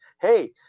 hey